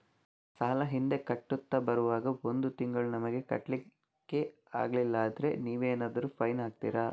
ಸಾಲ ಹಿಂದೆ ಕಟ್ಟುತ್ತಾ ಬರುವಾಗ ಒಂದು ತಿಂಗಳು ನಮಗೆ ಕಟ್ಲಿಕ್ಕೆ ಅಗ್ಲಿಲ್ಲಾದ್ರೆ ನೀವೇನಾದರೂ ಫೈನ್ ಹಾಕ್ತೀರಾ?